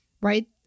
right